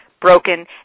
broken